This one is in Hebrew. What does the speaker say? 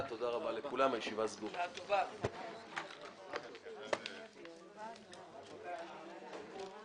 הצבעה בעד 2 פקודת הסמים המסוכנים (תיקון מס')